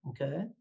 Okay